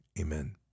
Amen